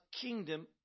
kingdom